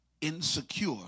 insecure